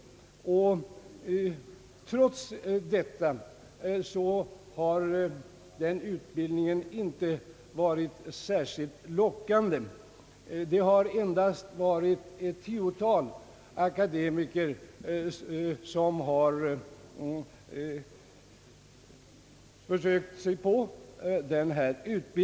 Trots detta har den utbildningen inte varit särskilt lockande. Endast ett tiotal akademiker har försökt sig på den.